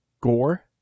gore